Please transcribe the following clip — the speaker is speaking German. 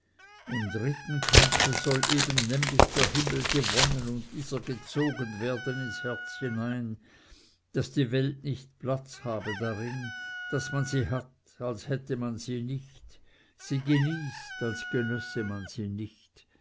im dritten kampfe soll eben nämlich der himmel gewonnen und dieser gezogen werden ins herz hinein daß die welt nicht platz habe darin daß man sie hat als hätte man sie nicht sie genießt als genösse man sie nicht